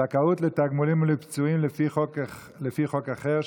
זכאות לתגמולים ולפצועים לפי חוק אחר),